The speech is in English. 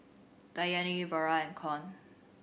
Danyelle Vara and Keon